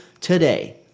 today